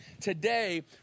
today